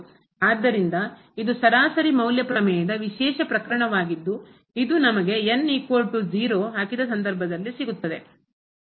ಆದ್ದರಿಂದ ಇದು ಸರಾಸರಿ ಮೌಲ್ಯ ಪ್ರಮೇಯದ ವಿಶೇಷ ಪ್ರಕರಣವಾಗಿದ್ದು ಇದು ನಮಗೆ ಹಾಕಿದ ಸಂದರ್ಭದಲ್ಲಿ ಸಿಗುತ್ತದೆ